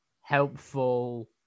helpful